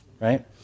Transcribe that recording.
right